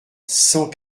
cent